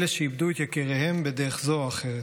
אלה שאיבדו את יקיריהם בדרך זו או אחרת.